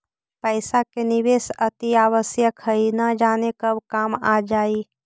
पइसा के निवेश अतिआवश्यक हइ, न जाने कब काम आ जाइ